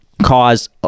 cause